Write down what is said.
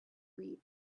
reap